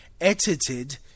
Edited